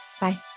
bye